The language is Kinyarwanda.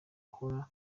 ahora